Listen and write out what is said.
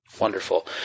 Wonderful